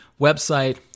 website